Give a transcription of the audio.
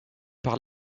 par